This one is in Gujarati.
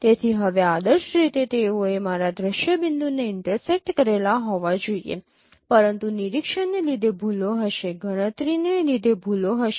તેથી હવે આદર્શ રીતે તેઓએ મારા દ્રશ્ય બિંદુને ઇન્ટરસેક્ટ કરેલા હોવા જોઈએ પરંતુ નિરીક્ષણને લીધે ભૂલો હશે ગણતરીને લીધે ભૂલો હશે